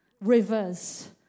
rivers